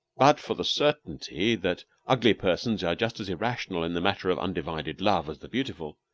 but for the certainty that ugly persons are just as irrational in the matter of undivided love as the beautiful,